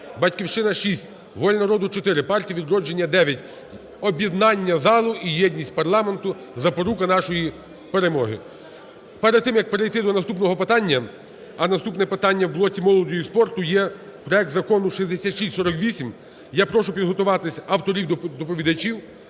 "Батьківщина" – 6, "Воля народу" – 4, "Партія "Відродження" – 9. Об'єднання залу і єдність парламенту – запорука нашої перемоги. Перед тим, як перейти до наступного питання, а наступне питання в блоці молоді і спорту є проект Закону 6648, я прошу підготуватися авторів-доповідачів.